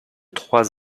trois